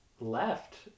left